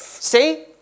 See